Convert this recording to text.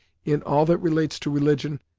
in all that relates to religion,